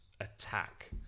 attack